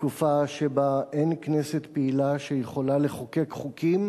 תקופה שבה אין כנסת פעילה שיכולה לחוקק חוקים